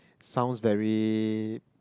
sounds very